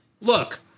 look